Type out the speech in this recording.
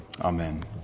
Amen